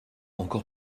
encore